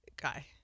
guy